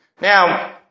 Now